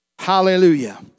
Hallelujah